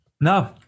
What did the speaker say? No